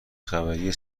خبری